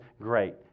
great